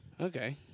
Okay